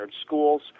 schools